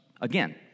Again